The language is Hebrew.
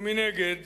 ומנגד